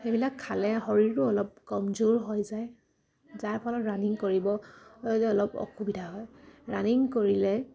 সেইবিলাক খালে শৰীৰো অলপ কমজোৰ হৈ যায় যাৰ ফলত ৰানিং কৰিবলৈ অলপ অসুবিধা হয় ৰানিং কৰিলে